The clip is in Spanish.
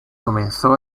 comenzó